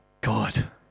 God